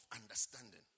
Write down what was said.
understanding